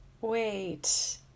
wait